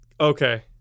Okay